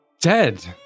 Dead